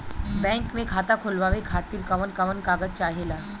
Bank मे खाता खोलवावे खातिर कवन कवन कागज चाहेला?